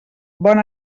bon